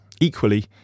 Equally